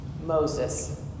Moses